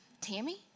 Tammy